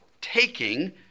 taking